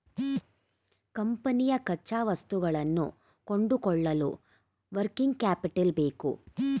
ಕಂಪನಿಯ ಕಚ್ಚಾವಸ್ತುಗಳನ್ನು ಕೊಂಡುಕೊಳ್ಳಲು ವರ್ಕಿಂಗ್ ಕ್ಯಾಪಿಟಲ್ ಬೇಕು